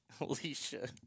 Alicia